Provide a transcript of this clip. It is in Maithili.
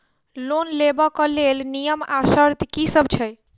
लोन लेबऽ कऽ लेल नियम आ शर्त की सब छई?